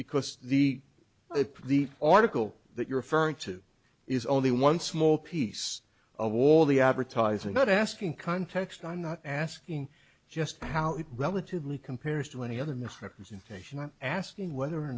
because the if the article that you're referring to is only one small piece of all the advertising not asking context i'm not asking just how it relatively compares to any other misrepresentation i'm asking whether or